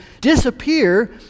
disappear